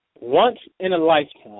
Once-in-a-lifetime